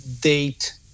date